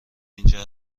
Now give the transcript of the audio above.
اینجا